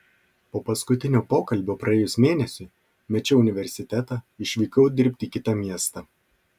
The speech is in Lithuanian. po paskutinio pokalbio praėjus mėnesiui mečiau universitetą išvykau dirbti į kitą miestą